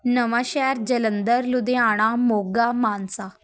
ਨਵਾਂ ਸ਼ਹਿਰ ਜਲੰਧਰ ਲੁਧਿਆਣਾ ਮੋਗਾ ਮਾਨਸਾ